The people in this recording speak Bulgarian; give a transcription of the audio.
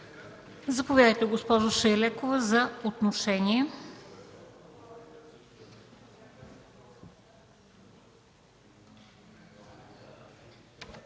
Заповядайте, госпожо Шайлекова, за отношение.